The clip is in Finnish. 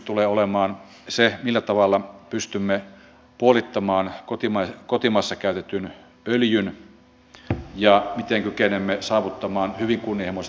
toisaalta esimerkiksi nämä vanhusten palvelut mistä tässä puhuttiin lapsiperheiden sairaiden työttömien ja niin edelleen palvelut voidaan turvata kun kuntatalous on kunnossa